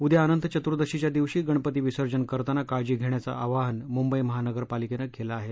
उद्या अनंत चतुर्दशीच्या दिवशी गणपती विसर्जन करताना काळजी घेण्याचं आवाहन मुंबई महानगरपालिकेनं केलं आहे